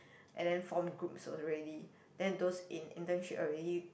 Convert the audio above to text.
and then form groups already then those in internship already